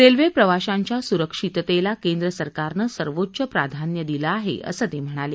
railway प्रवाशांच्या सुरक्षिततेला केंद्रसरकारनं सर्वोच्च प्राधान्य दिलं आहे असं ते म्हणाले